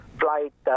flight